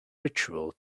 ritual